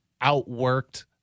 outworked